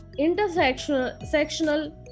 intersectional